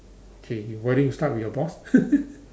okay you why don't you start with your boss